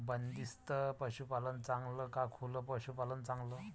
बंदिस्त पशूपालन चांगलं का खुलं पशूपालन चांगलं?